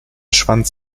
schwanz